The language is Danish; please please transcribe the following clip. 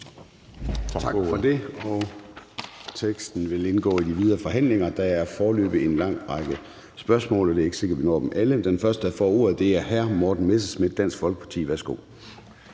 Tak for det.